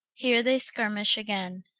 here they skirmish againe.